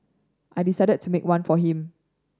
I decided to make one for him